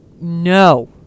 no